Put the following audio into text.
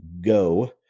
go